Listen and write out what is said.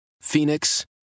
Phoenix